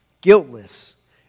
guiltless